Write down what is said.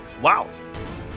Wow